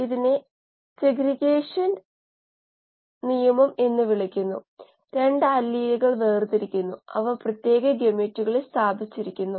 അതിനാൽ സൂചിപ്പിച്ചതുപോലെ ഒരാൾക്ക് എങ്ങനെ വലിയ തോതിൽ പ്രവർത്തിക്കാൻ കഴിയും